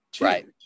Right